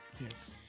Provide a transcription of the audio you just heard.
Yes